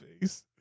face